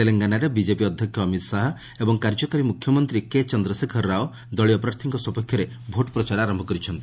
ତେଲଙ୍ଗାନାରେ ବିକେପି ଅଧ୍ୟକ୍ଷ ଅମିତ୍ ଶାହା ଏବଂ କାର୍ଯ୍ୟକାରୀ ମୁଖ୍ୟମନ୍ତ୍ରୀ କେ ଚନ୍ଦ୍ରଶେଖର ରାଓ ଦଳୀୟ ପ୍ରାର୍ଥୀଙ୍କ ସପକ୍ଷରେ ଭୋଟ୍ ପ୍ରଚାର ଆରମ୍ଭ କରିଛନ୍ତି